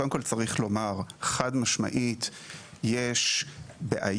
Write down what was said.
קודם כל צריך לומר: חד משמעית יש בעיה